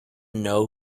know